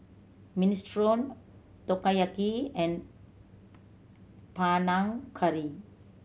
Minestrone Takoyaki and Panang Curry